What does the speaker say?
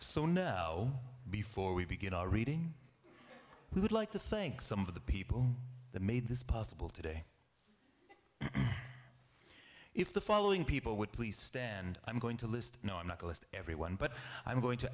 so know before we begin our reading we would like to think some of the people that made this possible today if the following people would please stand i'm going to list not to list everyone but i'm going to